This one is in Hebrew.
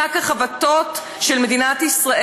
שק החבטות של מדינת ישראל.